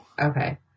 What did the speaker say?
Okay